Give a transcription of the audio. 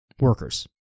workers